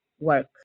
work